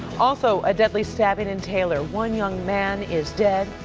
also, a deadly stabbing in taylor. one young man is dead,